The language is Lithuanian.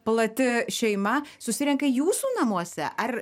plati šeima susirenka jūsų namuose ar